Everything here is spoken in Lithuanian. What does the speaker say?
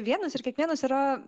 vienas ir kiekvienas yra